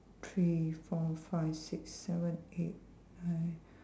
three four five six seven eight nine